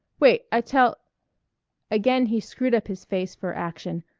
wait, i tell again he screwed up his face for action.